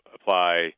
apply